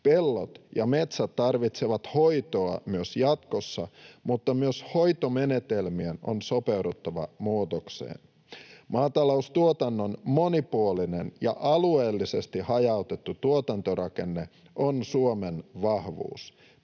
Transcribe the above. Pellot ja metsät tarvitsevat hoitoa myös jatkossa, mutta myös hoitomenetelmien on sopeuduttava muutokseen. Maataloustuotannon monipuolinen ja alueellisesti hajautettu tuotantorakenne on Suomen vahvuus.